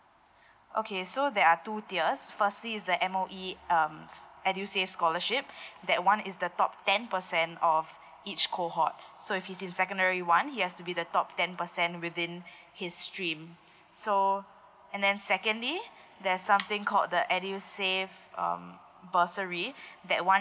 okay so there are two tiers firstly is the M_O_E um s~ edusave scholarship that one is the top ten percent of each cohort so if he's in secondary one he has to be the top ten percent within his stream so and then secondly there's something called the edusave um bursary that one